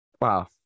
Wow